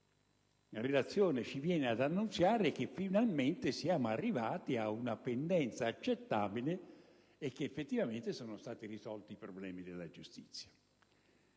relazione ci viene ad annunziare che finalmente siamo arrivati ad un numero di pendenze accettabili e che, effettivamente, sono stati risolti i problemi della giustizia?